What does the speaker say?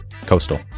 Coastal